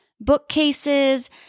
Bookcases